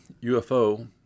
UFO